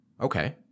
okay